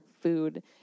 food